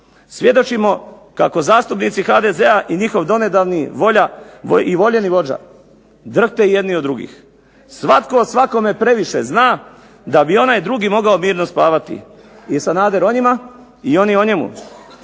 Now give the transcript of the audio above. svjedočimo kako zastupnici HDZ-a i njihov donedavni vođa drhte jedni od drugih. Svatko o svakome previše zna da bi onaj drugi mogao mirno spavati. I Sanader o njima i oni o njemu.